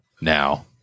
now